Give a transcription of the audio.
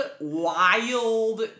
wild